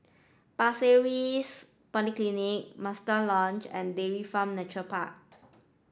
Pasir Ris Polyclinic Mandai Lodge and Dairy Farm Nature Park